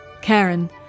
Karen